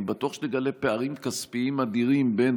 אני בטוח שתגלה פערים כספיים אדירים בין